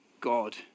God